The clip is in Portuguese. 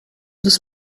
dos